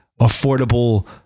affordable